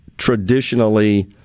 Traditionally